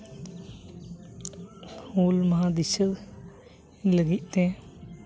ᱦᱩᱞ ᱢᱟᱦᱟ ᱫᱤᱥᱟᱹᱭ ᱞᱟᱹᱜᱤᱫ ᱛᱮ